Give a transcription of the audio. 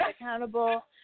accountable